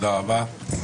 תודה רבה.